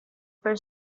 for